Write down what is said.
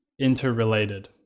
interrelated